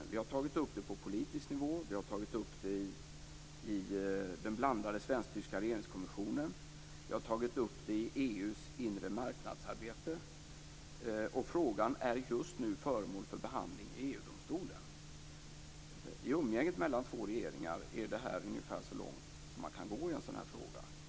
Vi har tagit upp det på politisk nivå. Vi har tagit upp det i den blandade svensk-tyska regeringskommissionen. Vi har tagit upp det i EU:s inremarknadsarbete. Frågan är just nu föremål för behandling i EG kommissionen. I umgänget mellan två regeringar är det här ungefär så långt som man kan gå i en sådan här fråga.